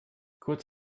kurz